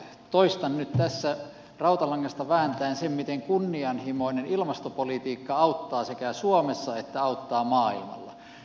toistan nyt tässä rautalangasta vääntäen sen miten kunnianhimoinen ilmastopolitiikka auttaa sekä suomessa että maailmalla